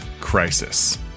crisis